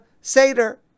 Seder